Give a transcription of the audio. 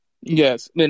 Yes